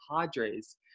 Padres